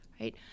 right